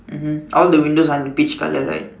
mmhmm all the windows are in peach colour right